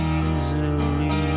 easily